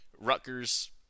Rutgers